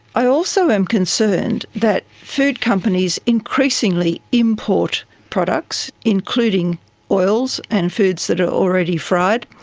i also am concerned that food companies increasingly import products, including oils and foods that are already fried.